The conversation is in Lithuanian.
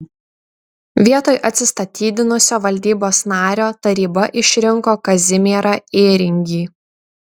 vietoj atsistatydinusio valdybos nario taryba išrinko kazimierą ėringį